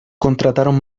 contrataron